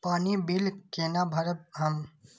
पानी बील केना भरब हम?